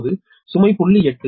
இப்போது சுமை 0